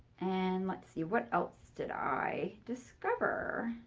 and let's see. what else did i discover?